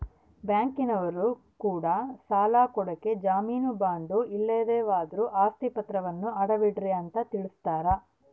ಬ್ಯಾಂಕಿನರೊ ಕೂಡ ಸಾಲ ಕೊಡಕ ಜಾಮೀನು ಬಾಂಡು ಇಲ್ಲ ಯಾವುದಾದ್ರು ಆಸ್ತಿ ಪಾತ್ರವನ್ನ ಅಡವಿಡ್ರಿ ಅಂತ ತಿಳಿಸ್ತಾರ